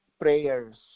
prayers